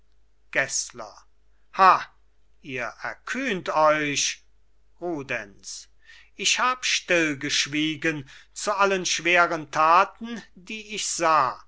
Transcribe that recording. ihr erkühnt euch rudenz ich hab stillgeschwiegen zu allen schweren taten die ich sah